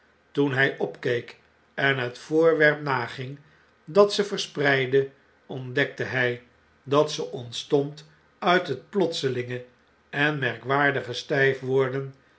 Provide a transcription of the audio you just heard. toen hj opkeek en het voorwerp naging datzeverspreidde ontdekte hjj dat ze ontstond uit het plotselinge en merkwaardige stijf worden